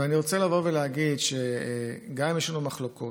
ואני רוצה לבוא ולהגיד שגם אם יש לנו מחלוקות,